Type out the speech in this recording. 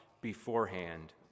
beforehand